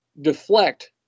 deflect